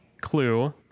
clue